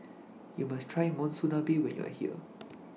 YOU must Try Monsunabe when YOU Are here